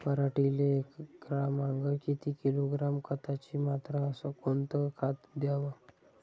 पराटीले एकरामागं किती किलोग्रॅम खताची मात्रा अस कोतं खात द्याव?